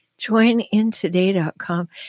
joinintoday.com